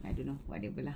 I don't know whatever lah